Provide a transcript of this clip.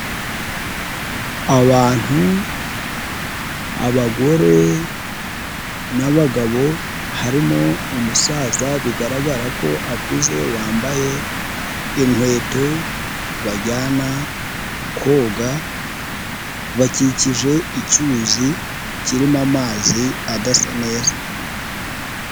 Abantu, abagore, n'abagabo, harimo umusaza bigaragara ko akuze wambaye, inkweto, bajyana koga, bakikije icyuzi kirimo amazi adasa neza.